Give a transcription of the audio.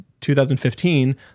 2015